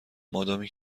مادامی